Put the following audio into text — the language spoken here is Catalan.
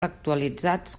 actualitzats